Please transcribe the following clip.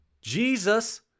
Jesus